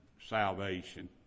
salvation